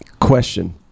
question